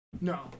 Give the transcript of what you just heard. No